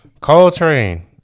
Coltrane